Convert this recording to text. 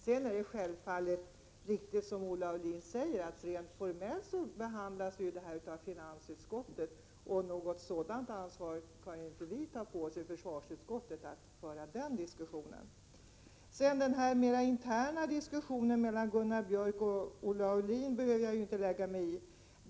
Det är riktigt som Olle Aulin säger att detta ärende rent formellt behandlas av finansutskottet och att vi i försvarsutskottet inte kan ta på oss att föra den diskussionen. Den mera interna diskussionen mellan Gunnar Björk i Gävle och Olle Aulin behöver jag inte lägga mig i.